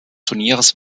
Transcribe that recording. turniers